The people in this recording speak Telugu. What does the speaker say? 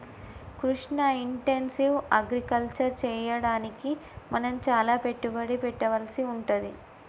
కృష్ణ ఇంటెన్సివ్ అగ్రికల్చర్ చెయ్యడానికి మనం చాల పెట్టుబడి పెట్టవలసి వుంటది